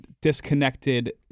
disconnected